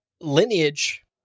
lineage